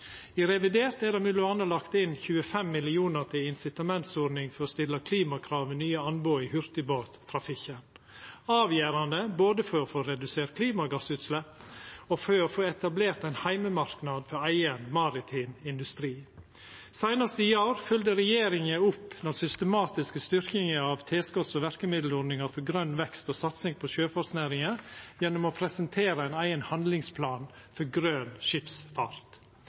I revidert er det m.a. lagt inn 25 mill. kr til ei incitamentsordning for å stilla klimakrav ved nye anbod i hurtigbåttrafikken. Det er avgjerande både for å få redusert klimagassutslepp og for å få etablert ein heimemarknad for eigen maritim industri. Seinast i går følgde regjeringa opp den systematiske styrkinga av tilskots- og verkemiddelordninga for grøn vekst og satsing på sjøfartsnæringa gjennom å presentera ein eigen handlingsplan for grøn skipsfart.